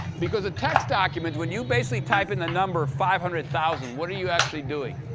because a text document when you basically type in the number five hundred thousand, what are you actually doing?